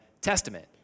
Testament